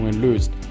löst